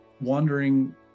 wandering